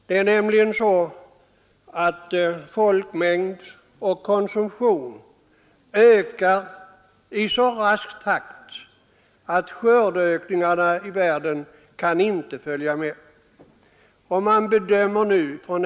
Det är nämligen på det sättet att folkmängd och konsumtion ökar i så rask takt att skördeökningarna i världen inte kan följa med.